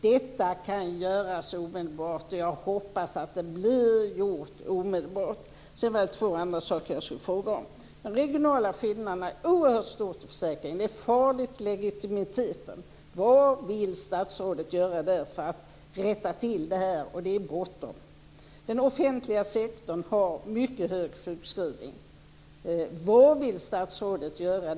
Detta kan göras omedelbart. Jag hoppas att det blir gjort omedelbart. Sedan var det två andra saker jag skulle fråga om. De regionala skillnaderna är oerhört stora när det gäller försäkringen.